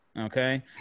Okay